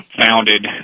founded